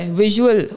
visual